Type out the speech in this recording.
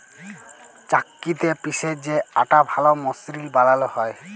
চাক্কিতে পিসে যে আটা ভাল মসৃল বালাল হ্যয়